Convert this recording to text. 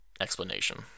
explanation